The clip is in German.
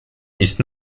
ist